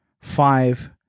five